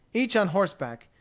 each on horseback,